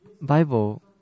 Bible